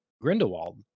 Grindelwald